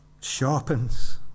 sharpens